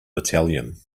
battalion